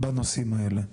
בנושאים האלה: